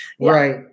Right